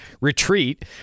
retreat